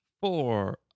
four